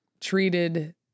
treated